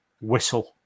whistle